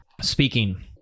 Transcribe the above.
speaking